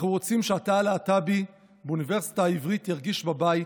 אנחנו רוצים שהתא הלהט"בי באוניברסיטה העברית ירגיש בבית,